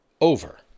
over